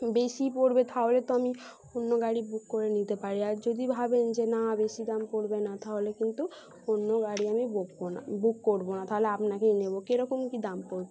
বেশি পড়বে তাহলে তো আমি অন্য গাড়ি বুক করে নিতে পারি আর যদি ভাবেন যে না বেশি দাম পড়বে না তাহলে কিন্তু অন্য গাড়ি আমি বকব না বুক করব না তাহলে আপনাকেই নেব কি রকম কী দাম পড়বে